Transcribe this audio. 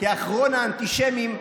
כאחרון האנטישמים,